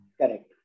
correct